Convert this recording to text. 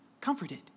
comforted